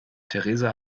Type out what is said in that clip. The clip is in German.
theresa